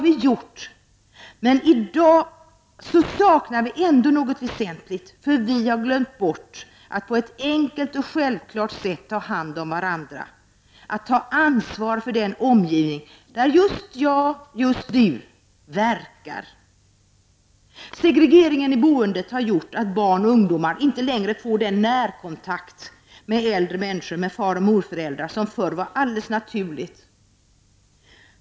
I dag saknar vi ändå något väsentligt. Vi har glömt bort att på ett enkelt och självklart sätt ta hand om varandra, ta ansvar för den omgivning där just du och just jag verkar. Segregeringen i boendet har gjort att barn och ungdomar inte längre får den närkontakt med faroch morföräldrar som förr var helt naturlig.